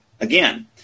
again